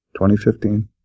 2015